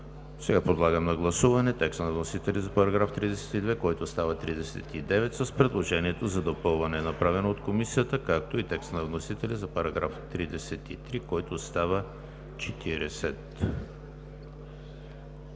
Подлагам на гласуване текста на вносителя за § 32, който става § 39, с предложението за допълване, направено от Комисията, както и текста на вносителя за § 33, който става § 40.